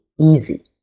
easy